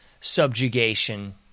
subjugation